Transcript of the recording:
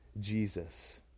Jesus